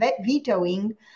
vetoing